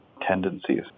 tendencies